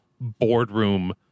boardroom